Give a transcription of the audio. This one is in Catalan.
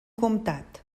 comtat